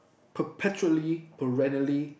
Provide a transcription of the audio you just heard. perpetually perennially